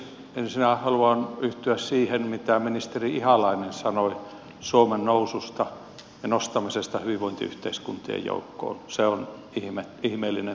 ensinnä haluan yhtyä siihen mitä ministeri ihalainen sanoi suomen noususta ja nostamisesta hyvinvointiyhteiskuntien joukkoon se on ihmeellinen tarina